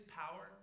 power